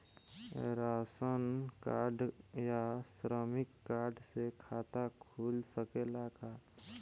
Ration card या श्रमिक card से खाता खुल सकेला का?